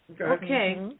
Okay